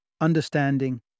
understanding